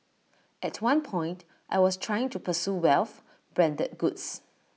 at one point I was trying to pursue wealth branded goods